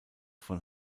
von